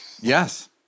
Yes